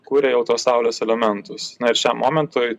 kuria jau tuos saulės elementus ir šiam momentui